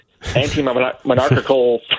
Anti-monarchical